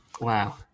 Wow